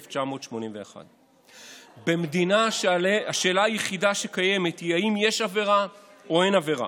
1981. במדינה שבה השאלה היחידה שקיימת היא אם יש עבירה או אין עבירה,